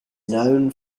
known